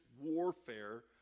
warfare